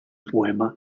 poema